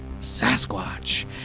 Sasquatch